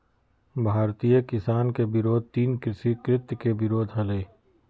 भारतीय किसान के विरोध तीन कृषि कृत्य के विरोध हलय